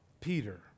Peter